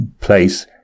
place